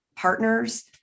partners